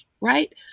right